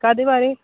ਕਾਹਦੇ ਬਾਰੇ